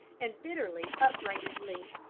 and bitterly upbraided lee.